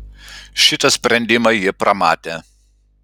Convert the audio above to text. šitą sprendimą jie pramatė